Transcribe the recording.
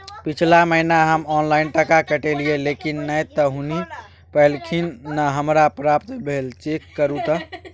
पिछला महीना हम ऑनलाइन टका कटैलिये लेकिन नय त हुनी पैलखिन न हमरा प्राप्त भेल, चेक करू त?